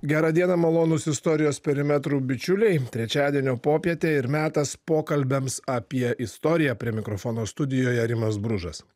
gerą dieną malonūs istorijos perimetrų bičiuliai trečiadienio popietė ir metas pokalbiams apie istoriją prie mikrofono studijoje rimas bružas